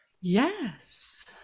yes